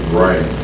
right